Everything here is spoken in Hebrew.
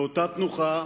באותה תנוחה,